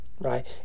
Right